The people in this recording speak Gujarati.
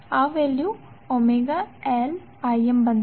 આ વૅલ્યુ ωLIm બનશે